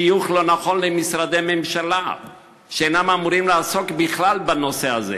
שיוך לא נכון למשרדי ממשלה שאינם אמורים לעסוק בכלל בנושא הזה.